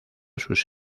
sus